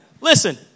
Listen